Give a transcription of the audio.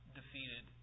defeated